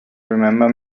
remember